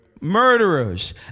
murderers